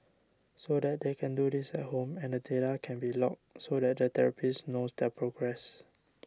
so they can do this at home and the data can be logged so that the therapist knows their progress